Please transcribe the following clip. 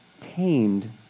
tamed